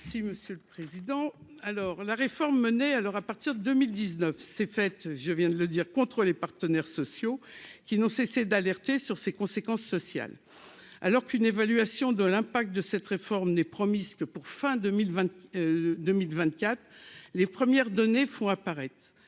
la réforme menée à l'heure à partir de 2019, c'est fait, je viens de le dire, contre les partenaires sociaux qui n'ont cessé d'alerter sur ses conséquences sociales, alors qu'une évaluation de l'impact de cette réforme n'est promise que pour fin 2020, 2024 les premières données font apparaître